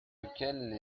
lesquelles